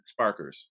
sparkers